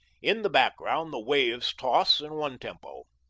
in the background the waves toss in one tempo.